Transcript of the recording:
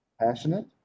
passionate